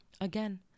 Again